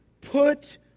put